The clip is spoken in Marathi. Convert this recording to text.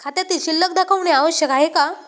खात्यातील शिल्लक दाखवणे आवश्यक आहे का?